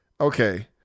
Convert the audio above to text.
Okay